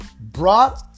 brought